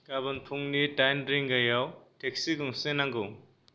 गाबोन फुंनि दाइन रिंगायाव टेक्सि गंसे नांगौ